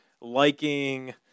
liking